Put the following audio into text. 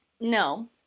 No